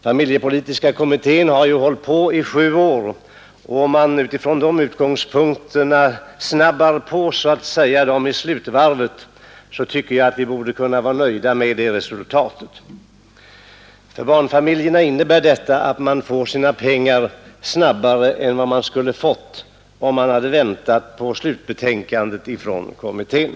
Familjepolitiska kommittén har ju hållit på i sju år, och om man utifrån de utgångspunkterna så att säga snabbar på den i slutvarvet tycker jag att vi borde kunna vara nöjda med resultatet. Förslaget innebär att barnfamiljerna får sina pengar tidigare än de skulle ha fått, om man hade väntat på slutbetänkandet från kommittén.